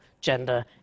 gender